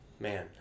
Man